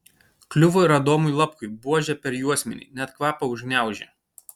kliuvo ir adomui lapkui buože per juosmenį net kvapą užgniaužė